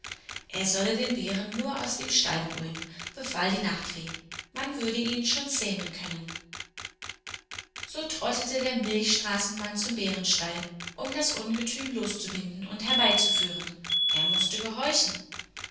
er solle den bären nur aus dem stall holen befahl die nachtfee man würde ihn schon zähmen können so trottete der milchstraßenmann zum bärenstall um das ungetüm loszubinden und herbeizuführen er mußte gehorchen